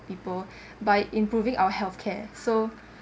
people by improving our health care so